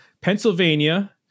Pennsylvania